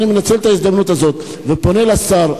אני מנצל את ההזדמנות הזאת ופונה לשר,